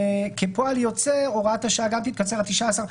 כפועל יוצא הוראת השעה גם תתקצר עד 19 באוקטובר.